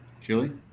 Julie